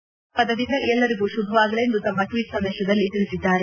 ಅವರ ಆರ್ಶೀವಾದದಿಂದ ಎಲ್ಲರಿಗೂ ಶುಭವಾಗಲೆಂದು ತಮ್ನ ಟ್ವೀಟ್ ಸಂದೇಶದಲ್ಲಿ ತಿಳಿಸಿದ್ದಾರೆ